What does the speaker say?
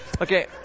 Okay